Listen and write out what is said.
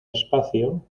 espacio